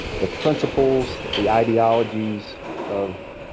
the principles the ideologies of.